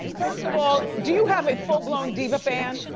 first of all, do you have a full blown diva fan?